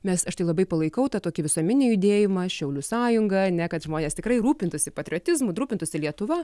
mes aš tai labai palaikau tą tokį visuomeninį judėjimą šiaulių sąjungą ane kad žmonės tikrai rūpintųsi patriotizmu rūpintųsi lietuva